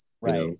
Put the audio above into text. right